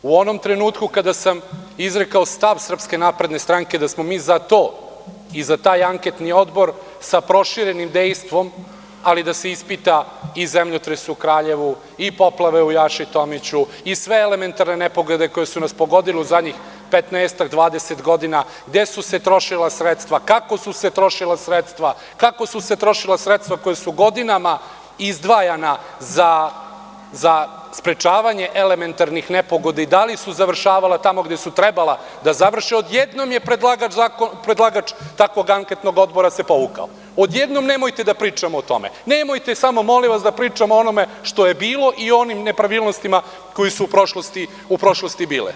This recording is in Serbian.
U onom trenutku kada sam izrekao stav SNS da smo mi za to i za taj anketni odbor sa proširenim dejstvom, ali da se ispita i zemljotres u Kraljevu i poplave u Jaši Tomiću i sve elementarne nepogode koje su nas pogodile u zadnjih petnaestak, dvadeset godina, gde su se trošila sredstva, kako su se trošila sredstva, kako su se trošila sredstva koja su godinama izdvajana za sprečavanje elementarnih nepogoda i da li su završavala tamo gde su trebala da završe, odjednom se predlagač takvog anketnog odbora povukao, odjednom – nemojte da pričamo o tome, nemojte da pričamo o onome što je bilo i o onim nepravilnostima koje su u prošlosti bile.